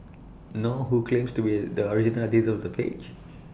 nor who claims to be the original editor of the page